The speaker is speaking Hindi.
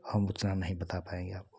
हम उतना नहीं बात पाएंगे आपको